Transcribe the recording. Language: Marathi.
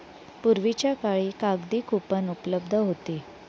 पूर्वीच्या काळी कागदी कूपन उपलब्ध होती